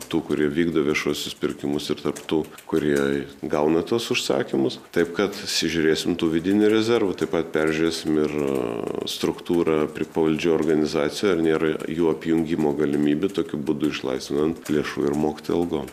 tų kurie vykdo viešuosius pirkimus ir tarp tų kurie gauna tuos užsakymus taip kad išsižiūrėsim tų vidinių rezervų taip pat peržiūrėsim ir struktūrą prie pavaldžių organizacijų ar nėra jų apjungimo galimybių tokiu būdu išlaisvinant lėšų ir mokytojų algom